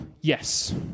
yes